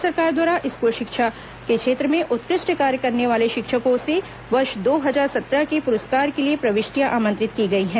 राज्य सरकार द्वारा स्कूल शिक्षा के क्षेत्र में उत्कृष्ट कार्य करने वाले शिक्षकों से वर्ष दो हजार सत्रह के पुरस्कार के लिए प्रविष्टियां आमंत्रित की गई हैं